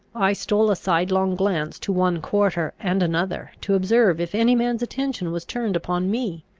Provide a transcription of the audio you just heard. i stole a sidelong glance to one quarter and another, to observe if any man's attention was turned upon me.